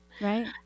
Right